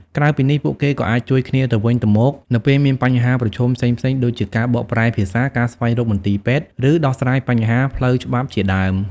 ក្រៅពីនេះ ពួកគេក៏អាចជួយគ្នាទៅវិញទៅមកនៅពេលមានបញ្ហាប្រឈមផ្សេងៗ ដូចជាការបកប្រែភាសា ការស្វែងរកមន្ទីរពេទ្យ ឬដោះស្រាយបញ្ហាផ្លូវច្បាប់ជាដើម ។